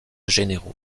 généraux